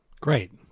Great